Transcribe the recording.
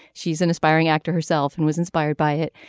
she's an aspiring actor herself and was inspired by it.